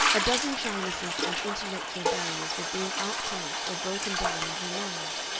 a dozen shynesses and intellectual barriers were being outflanked or broken down in her mind.